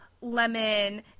lemon